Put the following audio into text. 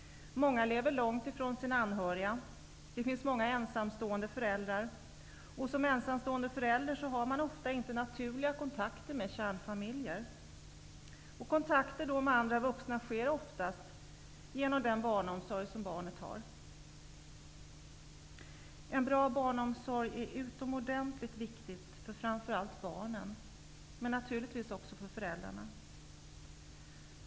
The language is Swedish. Många lever långt från sina anhöriga. Det finns många ensamstående föräldrar, och som ensamstående förälder har man oftast inte naturliga kontakter med kärnfamiljer. Kontakter med andra vuxna sker då oftast genom den barnomsorg som barnet har. En bra barnomsorg är utomordentligt viktig, framför allt för barnen men naturligtvis också för föräldrarna.